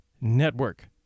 Network